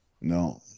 No